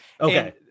Okay